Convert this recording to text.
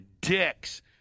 dicks